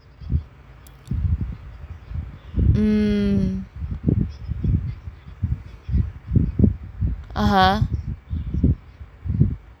mm (uh huh)